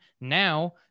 now